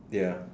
ya